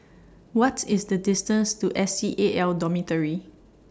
What IS The distance to S C A L Dormitory